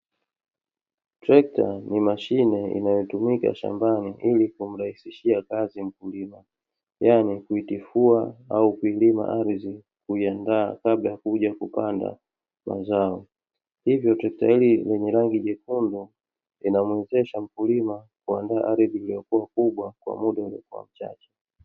Trekta ni mashine inayotumika shambani ili kumrahisishia kazi mkulima. Yaani kuitifua au kuilima ardhi kuiandaa kabla ya kuja kupanda mazao. Hivyo trekta hili lenye rangi nyekundu, linamwezesha mkulima kuandaa ardhi iliyokua kubwa kwa muda uliokua mchache.